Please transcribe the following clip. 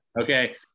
okay